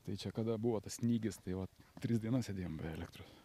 tai čia kada buvo tas snygis tai vat tris dienas sėdėjom be elektros